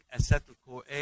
acetyl-CoA